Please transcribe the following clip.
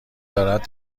دارد